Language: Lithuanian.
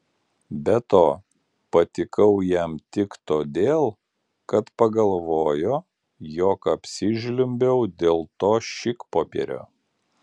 be to patikau jam tik todėl kad pagalvojo jog apsižliumbiau dėl to šikpopierio